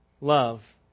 love